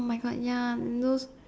!oh-my-God! ya those